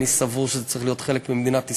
אני סבור שזה צריך להיות חלק ממדינת ישראל,